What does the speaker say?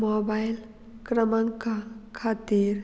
mobile क्रमांका खातीर